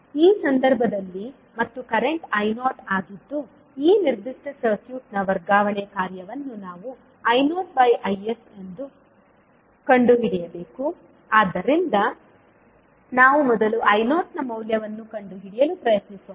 ಈ ಸಂದರ್ಭದಲ್ಲಿ ಮತ್ತು ಕರೆಂಟ್ I0 ಆಗಿದ್ದು ಈ ನಿರ್ದಿಷ್ಟ ಸರ್ಕ್ಯೂಟ್ನ ವರ್ಗಾವಣೆ ಕಾರ್ಯವನ್ನು ನಾವು I0Is ಅನ್ನು ಕಂಡುಹಿಡಿಯಬೇಕು ಆದ್ದರಿಂದ ನಾವು ಮೊದಲು I0 ನ ಮೌಲ್ಯವನ್ನು ಕಂಡುಹಿಡಿಯಲು ಪ್ರಯತ್ನಿಸೋಣ